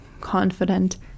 confident